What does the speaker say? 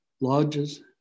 Lodges